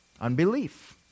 Unbelief